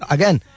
Again